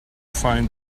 find